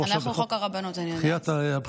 אנחנו בחוק הרבנות, אני יודעת.